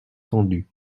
tendus